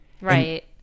right